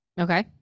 Okay